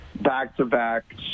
back-to-back